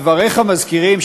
דבריך מזכירים,